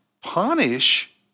punish